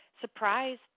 surprise